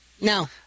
No